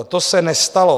To se nestalo.